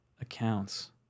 accounts